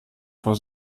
vor